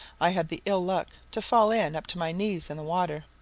i had the ill luck to fall in up to my knees in the water,